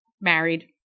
married